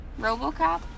RoboCop